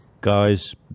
Guys